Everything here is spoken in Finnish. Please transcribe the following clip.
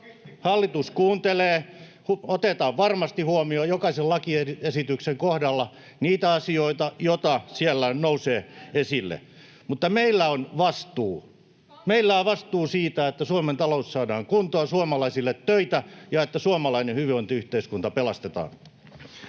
Hallitus kuuntelee, otetaan varmasti huomioon jokaisen lakiesityksen kohdalla niitä asioita, joita siellä nousee esille, mutta meillä on vastuu. Meillä on vastuu siitä, että Suomen talous saadaan kuntoon, suomalaisille töitä ja että suomalainen hyvinvointiyhteiskunta pelastetaan.